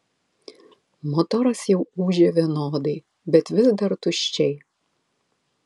motoras jau ūžė vienodai bet vis dar tuščiai